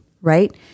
right